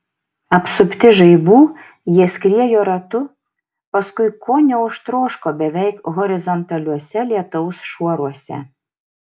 apsupti žaibų jie skriejo ratu paskui ko neužtroško beveik horizontaliuose lietaus šuoruose